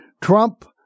trump